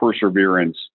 perseverance